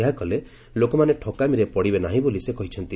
ଏହା କଲେ ଲୋକମାନେ ଠକାମୀରେ ପଡ଼ିବେ ନାହିଁ ବୋଲି ସେ କହିଛନ୍ତି